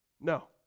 No